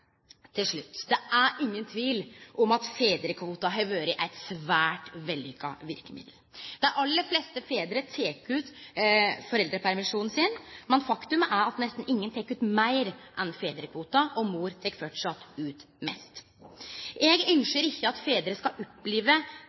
Til slutt: Det er ingen tvil om at fedrekvoten har vore eit svært vellykka verkemiddel. Dei aller fleste fedrar tek ut foreldrepermisjonen sin, men faktum er at nesten ingen tek ut meir enn fedrekvoten, og mor tek framleis ut mest. Eg ynskjer ikkje at fedrar skal oppleve